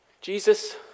Jesus